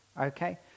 okay